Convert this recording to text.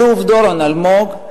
אלוף דורון אלמוג,